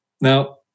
Now